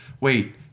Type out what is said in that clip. wait